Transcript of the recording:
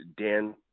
Dan